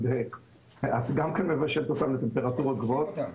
את גם מבשלת אותם בטמפרטורה גבוהה.